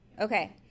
Okay